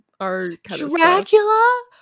Dracula